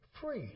Free